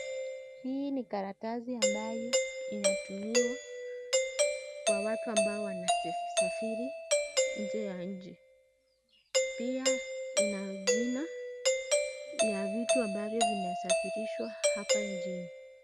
Hii ni karatasi ambayo, inatumiwa, kwa watu ambao wanase safiri, nje ya nchi, pia, ina jina, ya vitu ambavyo vinasafirishwa hapa njini.